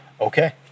Okay